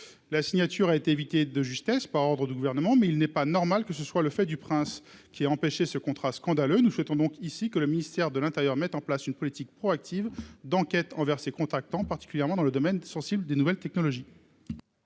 la signature a été évité de justesse par ordre du gouvernement mais il n'est pas normal que ce soit le fait du prince, qui a empêché ce contrat scandaleux, nous souhaitons donc ici que le ministère de l'Intérieur mette en place une politique proactive d'enquête envers ses contractants, particulièrement dans le domaine sensible des nouvelles technologies.